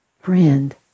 friend